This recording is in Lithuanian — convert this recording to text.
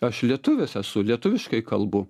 aš lietuvis esu lietuviškai kalbu